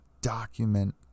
document